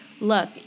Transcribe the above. look